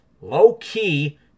Low-Key